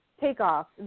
takeoff